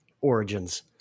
origins